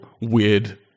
weird